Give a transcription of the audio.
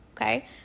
Okay